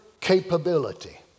capability